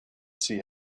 see